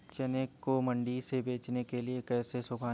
चने को मंडी में बेचने के लिए कैसे सुखाएँ?